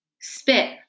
Spit